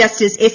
justice S